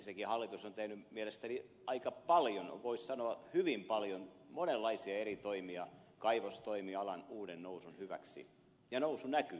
ensinnäkin hallitus on tehnyt mielestäni aika paljon voisi sanoa hyvin paljon monenlaisia eri toimia kaivostoimialan uuden nousun hyväksi ja nousu näkyy